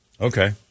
Okay